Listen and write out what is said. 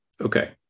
Okay